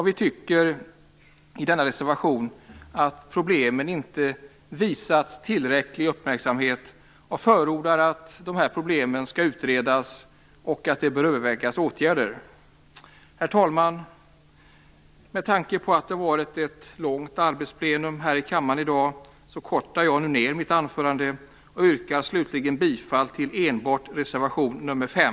Vi tycker i reservationen att man inte har visat problemen tillräcklig uppmärksamhet. Vi förordar att dessa problem skall utredas, och man behöver överväga åtgärder. Herr talman! Med tanke på att det varit ett långt arbetsplenum här i kammaren i dag kortar jag nu mitt anförande och yrkar slutligen bifall till enbart reservation nr 5.